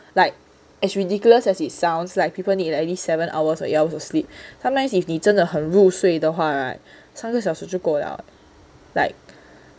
like as ridiculous as it sounds like people need like at least seven hours or eight hours of sleep sometimes if 你真的很入睡的话 [right] 三个小时就够了 like